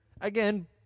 again